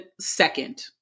second